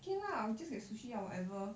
okay lah I will just get sushi lah whatever